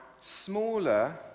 smaller